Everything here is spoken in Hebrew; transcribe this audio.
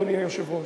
אדוני היושב-ראש,